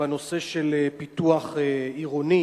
הנושא של פיתוח עירוני